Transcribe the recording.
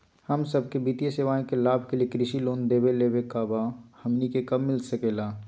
हम सबके वित्तीय सेवाएं के लाभ के लिए कृषि लोन देवे लेवे का बा, हमनी के कब मिलता सके ला?